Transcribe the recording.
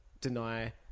deny